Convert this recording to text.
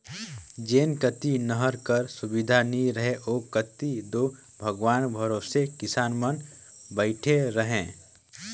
जेन कती नहर कर सुबिधा नी रहें ओ कती दो भगवान भरोसे किसान मन बइठे रहे